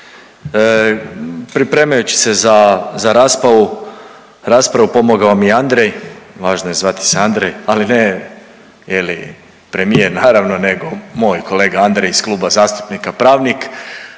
Pripremajući se za, za raspravu, raspravu pomogao mi je Andrej, važno je zvati se Andrej, ali ne je li premijer naravno nego moj kolega Andrej iz kluba zastupnika pravnik